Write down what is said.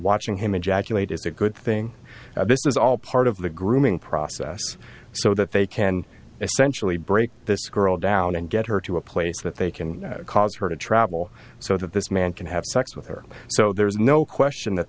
watching him ejaculate is a good thing this is all part of the grooming process so that they can essentially break this girl down and get her to a place that they can cause her to travel so that this man can have sex with her so there is no question that